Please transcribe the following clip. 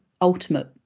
ultimate